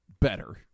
better